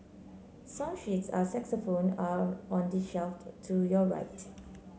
song sheets are saxophone are on the shelf to your right